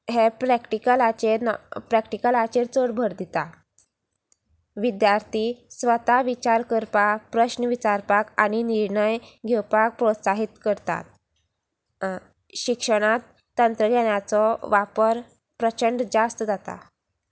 हें प्रॅक्टिकलाचेर न प्रॅक्टकलाचेर चड भर दिता विद्यार्थी स्वता विचार करपाक प्रश्न विचारपाक आनी निर्णय घेवपाक प्रोत्साहीत करतात शिक्षणांत तंत्रज्ञानाचो वापर प्रचंड जास्त जाता